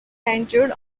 centered